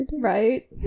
Right